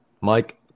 Mike